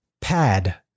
pad